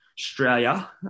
Australia